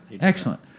excellent